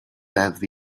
deddf